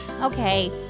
Okay